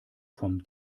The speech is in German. vom